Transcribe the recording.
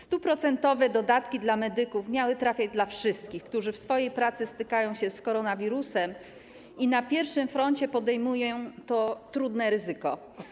100-procentowe dodatki dla medyków miały trafić do wszystkich, którzy w swojej pracy stykają się z koronawirusem i na pierwszym froncie podejmują ryzyko.